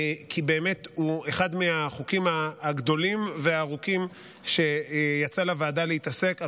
כי באמת הוא אחד החוקים הגדולים והארוכים שיצא לוועדה להתעסק בהם.